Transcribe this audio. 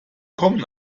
kommen